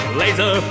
laser